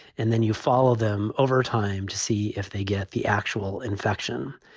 and then you follow them over time to see if they get the actual infection.